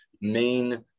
main